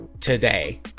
today